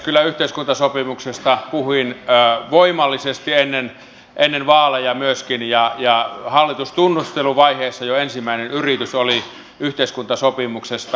kyllä yhteiskuntasopimuksesta puhuin voimallisesti ennen vaaleja myöskin ja hallitustunnusteluvaiheessa jo ensimmäinen yritys oli yhteiskuntasopimuksesta